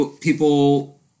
people